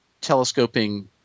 telescoping